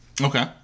Okay